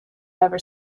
never